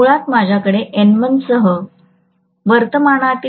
मुळात माझ्याकडे N1 सह वर्तमानातील फक्त 0